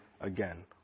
again